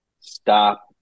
stop